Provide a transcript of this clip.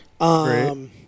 Great